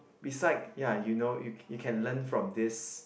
beside ya you know you you can learn from this